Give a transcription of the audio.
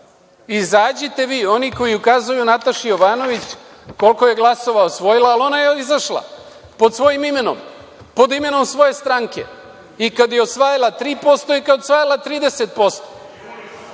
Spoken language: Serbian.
glasove. Izađite vi. Oni koji ukazuju Nataši Jovanović koliko je glasova osvojila, ali ona je izašla pod svojim imenom, pod imenom svoje stranke i kada je osvajala 3% i kada je osvajala 30%.